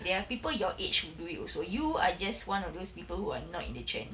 there are people your age who do it also you are just one of those people who are not in the trend